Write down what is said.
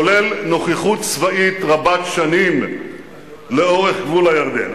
כולל נוכחות צבאית רבת-שנים לאורך גבול הירדן.